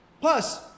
Plus